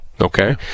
Okay